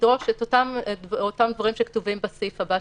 לדרוש את אותם דברים שכתובים בסעיף הבא,